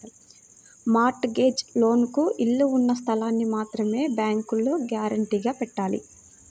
mart gauge లోన్లకు ఇళ్ళు ఉన్న స్థలాల్ని మాత్రమే బ్యేంకులో గ్యారంటీగా పెట్టాలి